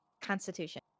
Constitution